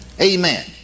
Amen